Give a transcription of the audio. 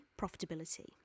profitability